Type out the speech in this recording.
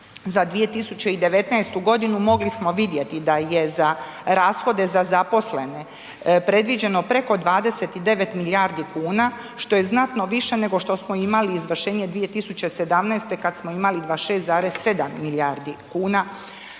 za 2019.g. mogli smo vidjeti da je za rashode za zaposlene predviđeno preko 29 milijardi kuna, što je znatno više nego što smo imali izvršenje 2017. kad smo imali 26,7 milijardi kuna.